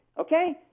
okay